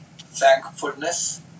thankfulness